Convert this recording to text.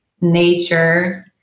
nature